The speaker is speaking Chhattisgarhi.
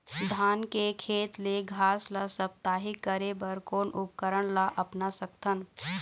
धान के खेत ले घास ला साप्ताहिक करे बर कोन उपकरण ला अपना सकथन?